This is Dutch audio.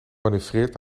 manoeuvreert